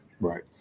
right